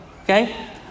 Okay